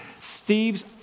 Steve's